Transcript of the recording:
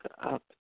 up